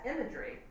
imagery